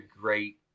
great